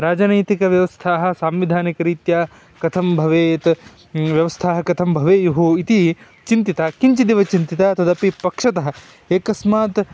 राजनैतिकव्यवस्थाः सांविधानिकरीत्या कथं भवेत् व्यवस्था कथं भवेयुः इति चिन्तिता किञ्चिदेव चिन्तिता तदपि पक्षतः एकस्मात्